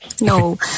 No